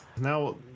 Now